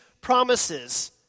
promises